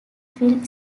phil